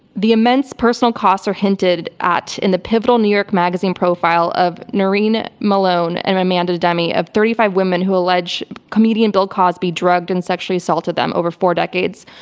the immense personal costs are hinted at in the pivotal new york magazine profile, of noreen malone and amanda demme, of thirty five women who allege comedian bill cosby drugged and sexually assaulted them over four decades.